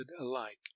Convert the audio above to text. alike